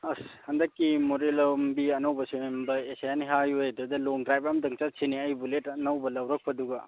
ꯑꯁ ꯍꯟꯗꯛꯀꯤ ꯃꯣꯔꯦ ꯂꯝꯕꯤ ꯑꯅꯧꯕ ꯁꯦꯝꯕ ꯅꯦꯁꯤꯌꯥꯟ ꯍꯥꯏꯋꯦꯗꯨꯗ ꯂꯣꯡ ꯗ꯭ꯔꯥꯏꯞ ꯑꯝꯇꯪ ꯆꯠꯁꯤꯅꯦ ꯑꯒꯤ ꯕꯨꯂꯦꯠ ꯑꯅꯧꯕ ꯂꯧꯔꯛꯄꯗꯨꯒ